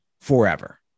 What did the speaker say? forever